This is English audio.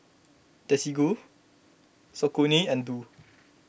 Desigual Saucony and Doux